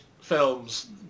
films